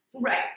Right